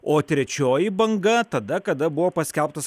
o trečioji banga tada kada buvo paskelbtas